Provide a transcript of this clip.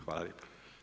Hvala lijepa.